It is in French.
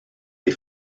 des